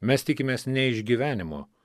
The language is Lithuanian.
mes tikimės ne išgyvenimo